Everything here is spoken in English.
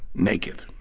naked.